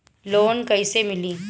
Loan कइसे मिली?